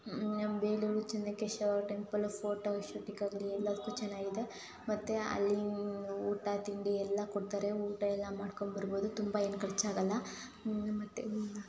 ನಮ್ಮ Belur Chennakeshava temple photo ಶೂಟಿಗಾಗಲಿ ಎಲ್ಲದಕ್ಕೂ ಚೆನ್ನಾಗಿದೆ ಮತ್ತು ಅಲ್ಲಿ ಊಟ ತಿಂಡಿ ಎಲ್ಲ ಕೊಡ್ತಾರೆ ಊಟ ಎಲ್ಲ ಮಾಡ್ಕೊಂಡು ಬರ್ಬೋದು ತುಂಬ ಏನು ಖರ್ಚಾಗೋಲ್ಲ ಮತ್ತು